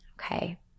okay